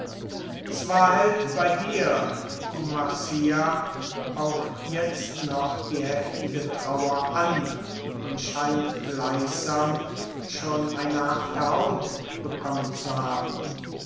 hält bei dir o marcia auch jetzt noch die heftige trauer an und scheint schon eine harte haut bekommen zu haben